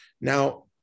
Now